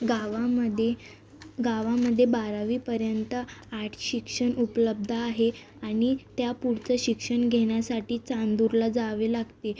गावामध्ये गावामध्ये बारावीपर्यंत आर्ट शिक्षण उपलब्ध आहे आणि त्या पुढचं शिक्षण घेण्यासाठी चांदूरला जावे लागते